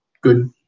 Good